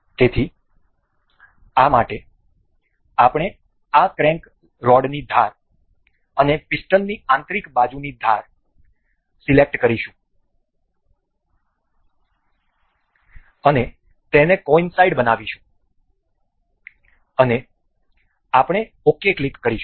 તેથી આ માટે આપણે આ ક્રેન્ક રોડની ધાર અને આ પિસ્ટનની આંતરિક બાજુની ધાર સિલેક્ટ કરીશું અને તેને કોઈનસાઈડ બનાવીશું અને આપણે ok ક્લિક કરીશું